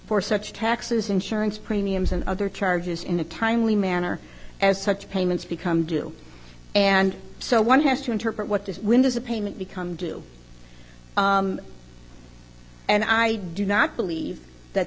for such taxes insurance premiums and other charges in a timely manner as such payments become due and so one has to interpret what does when does a payment become due and i do not believe that